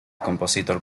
compositor